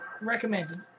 Recommended